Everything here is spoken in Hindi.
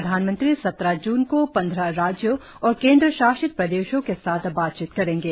प्रधानमंत्री सत्रह जून को पंद्रह राज्यों और केंद्र शासित प्रदेशों के साथ बातचीत करेंगे